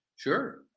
sure